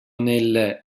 nel